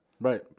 Right